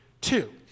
two